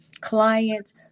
clients